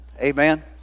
Amen